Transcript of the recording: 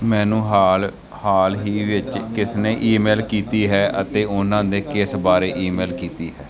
ਮੈਨੂੰ ਹਾਲ ਹਾਲ ਹੀ ਵਿੱਚ ਕਿਸ ਨੇ ਈਮੇਲ ਕੀਤੀ ਹੈ ਅਤੇ ਉਹਨਾਂ ਨੇ ਕਿਸ ਬਾਰੇ ਈਮੇਲ ਕੀਤੀ ਹੈ